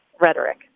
rhetoric